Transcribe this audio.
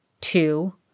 two